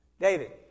David